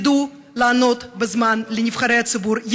ידעו לענות בזמן לנבחרי הציבור,